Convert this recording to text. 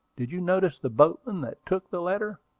did you notice the boatman that took the letter?